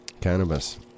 Cannabis